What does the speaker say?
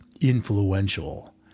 influential